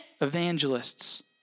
evangelists